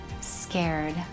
scared